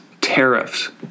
tariffs